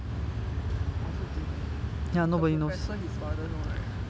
I also don't know is the professor his father no right